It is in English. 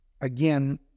again